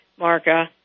Marka